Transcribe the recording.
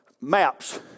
maps